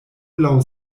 laŭ